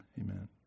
amen